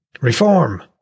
Reform